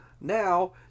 Now